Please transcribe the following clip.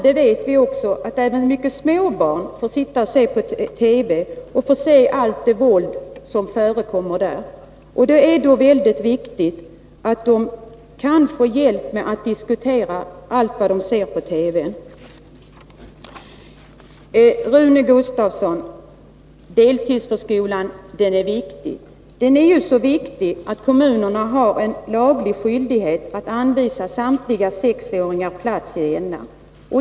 Vi vet att även mycket små barn får titta på allt det våld som visas i TV. Det är då väldigt viktigt att de kan få hjälp att diskutera allt de ser på TV. Rune Gustavsson! Deltidsförskolan är viktig. Den är så viktig att kommunerna har laglig skyldighet att anvisa samtliga sexåringar plats.